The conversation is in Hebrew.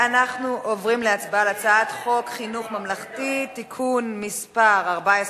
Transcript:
אנחנו עוברים להצבעה על הצעת חוק חינוך ממלכתי (תיקון מס' 14),